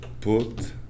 put